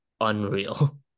unreal